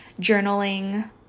journaling